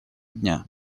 дня